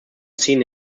seen